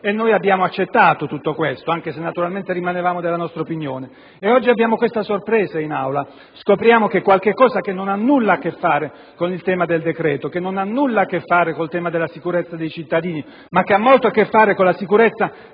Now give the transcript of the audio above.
e noi abbiamo accettato tutto questo, anche se naturalmente rimanevamo della nostra opinione. Oggi abbiamo questa sorpresa: scopriamo che in Aula si discute di qualcosa che non ha nulla a che fare con il tema del decreto, che non ha nulla a che fare con il tema della sicurezza dei cittadini, ma che ha molto a che fare con la sicurezza